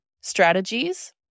strategies